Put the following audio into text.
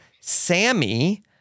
Sammy